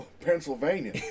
Pennsylvania